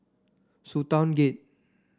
Sultan Gate